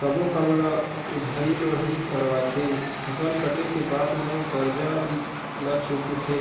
सब्बो काम ल उधारी म ही करवाथे, फसल कटे के बाद म करजा ल छूटथे